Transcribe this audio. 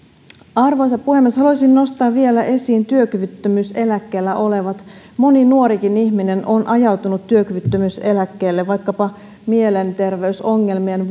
arvoisa puhemies haluaisin nostaa vielä esiin työkyvyttömyyseläkkeellä olevat moni nuorikin ihminen on ajautunut työkyvyttömyyseläkkeelle vaikkapa mielenterveysongelmien